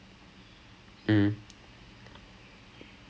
seriousness professionalism அது எல்லாம் சொல்லுவாங்கே:athu ellam solluvaangae